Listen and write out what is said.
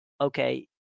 okay